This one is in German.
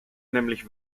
nämlich